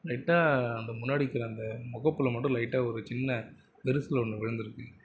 லைட்டாக இந்த முன்னாடிருக்கிற அந்த முகப்பில் மட்டும் லைட்டாக ஒரு சின்ன விரிசல் ஒன்று விழுந்திருக்கு